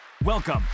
Welcome